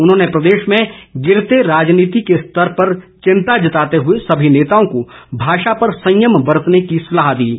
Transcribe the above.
उन्होंने प्रदेश में गिरते राजनीति के स्तर पर चिंता जताते हुए सभी नेताओं को भाषा पर संयम बरतने की सलाह दी है